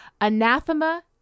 Anathema